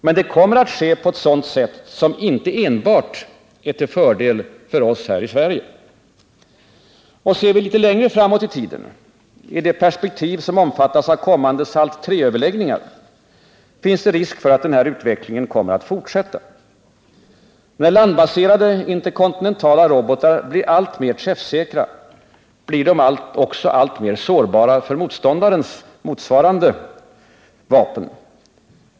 Men det kommer att ske på ett sätt som inte enbart är till fördel för oss här i Sverige. Ser vi litet längre framåt i tiden — i det perspektiv som omfattas av kommande SALT III-överläggningar — finns det risk för att den här utvecklingen kommer att fortsätta. När landbaserade interkontinentala robotar blir alltmer träffsäkra blir de också alltmer sårbara för motståndarens motsvarande vapen.